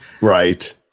Right